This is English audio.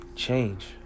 Change